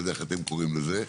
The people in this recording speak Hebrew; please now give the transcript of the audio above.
לא יודע איך אתם קוראים לזה,